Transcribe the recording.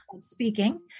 speaking